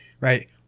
right